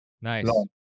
Nice